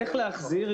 איך להחזיר,